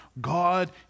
God